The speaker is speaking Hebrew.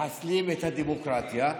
מחסלים את הדמוקרטיה,